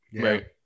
right